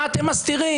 מה אתם מסתירים?